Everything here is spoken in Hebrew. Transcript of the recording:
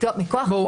לא.